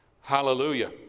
Hallelujah